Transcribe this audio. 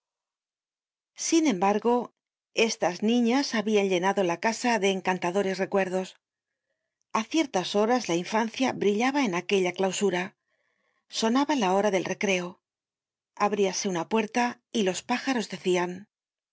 sin embargo estas niñas habian llenado la casa de encantadores recuerdos a ciertas horas la infancia brillaba en aquella clausura sonaba la hora del recreo abríase una puerta y los pájaros decian